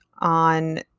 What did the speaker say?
on